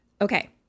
Okay